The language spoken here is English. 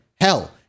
Hell